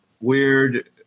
weird